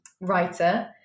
writer